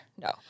No